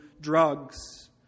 drugs